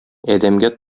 адәмгә